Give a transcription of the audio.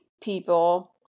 people